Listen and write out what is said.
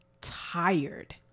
tired